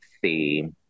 see